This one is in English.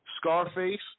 Scarface